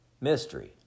Mystery